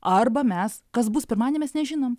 arba mes kas bus pirmadienį mes nežinom